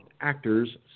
actors